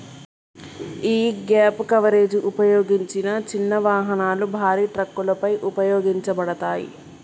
యీ gap coverage ఉపయోగించిన చిన్న వాహనాలు, భారీ ట్రక్కులపై ఉపయోగించబడతాది